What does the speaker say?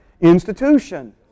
institution